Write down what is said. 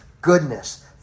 goodness